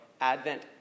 Advent